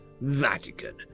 Vatican